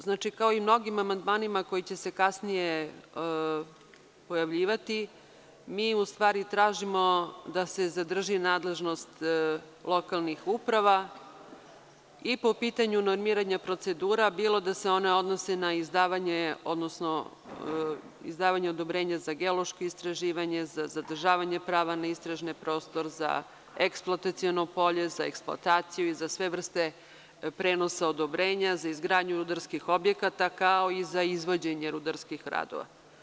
Znači, kao i mnogim amandmanima koji će se kasnije pojavljivati, mi u stvari tražimo da se zadrži nadležnost lokalnih uprava i po pitanju normiranja procedura, bilo da se one odnose na izdavanje, odnosno izdavanje odobrenja za geološko istraživanje, za zadržavanje prava na istražne prostore, za eksploataciono polje, za eksploataciju i za sve vrste prenosa odobrenja, za izgradnju rudarskih objekata, kao i za izvođenje rudarskih radova.